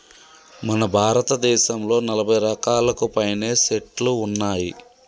మన భారతదేసంలో నలభై రకాలకు పైనే సెట్లు ఉన్నాయి